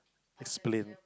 explain